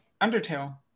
undertale